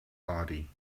body